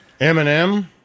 Eminem